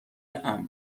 امن